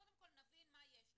קודם כל נבין מה יש לנו,